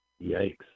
Yikes